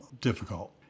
difficult